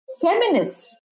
feminists